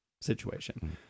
situation